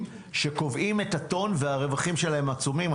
שקובעים את הטון והרווחים שלהם עצומים.